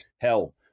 hell